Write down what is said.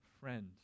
Friend